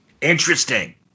Interesting